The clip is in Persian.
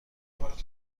بود